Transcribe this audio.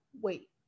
Wait